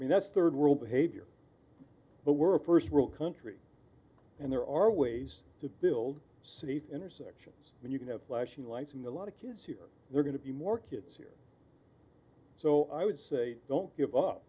i mean that's third world behavior but we're a first world country and there are ways to build intersections and you can have flashing lights in the lot of kids here they're going to be more kids here so i would say don't give up